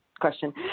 Question